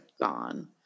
gone